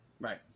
Right